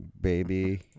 baby